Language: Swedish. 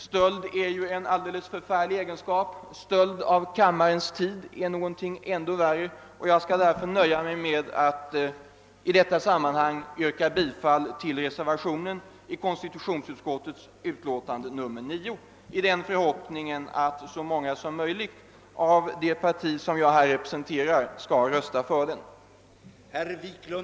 Stöld är något förfärligt, stöld av kammarens tid något ännu värre, och jag nöjer mig därför i detta sammanhang med att yrka bifall till reservationen i konstitutionsutskottets utlåtande nr 9. Jag gör det i den förhoppningen att så många som möjligt av det parti jag representerar skall rösta för den.